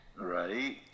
Right